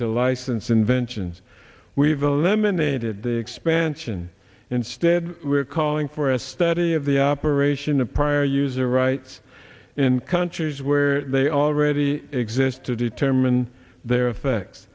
to license inventions we've eliminated the expansion instead of calling for a study of the operation of prior user rights in countries where they already exist to determine their effect